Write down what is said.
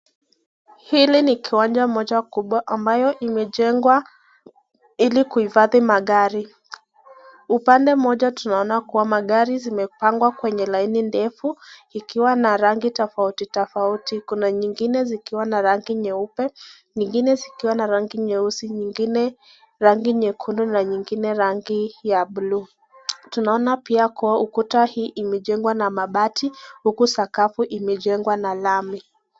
Hili ni kiwanja moja kubwa ambayo limejengwa ili kuifadhi magari. Upande moja tunaona kwamba magari zimepangua kwenye laini ndefu, ikiwa na rangi tofauti tofauti. Kuna nyingine zikiwa na rangi nyeupe, nyingine zikiwa na rangi nyeusi, nyingine rangi nyekundu na nyingine rangi ya blue . tunaona pia kuwa ukuta hii imejengwa na mabati, huku sakafu imejengwa na lami.